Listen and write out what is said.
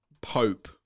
Pope